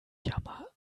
jammer